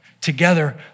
Together